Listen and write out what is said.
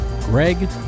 Greg